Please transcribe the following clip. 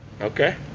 okay